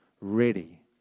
ready